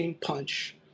punch